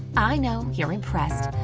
i know, you're impressed.